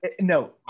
no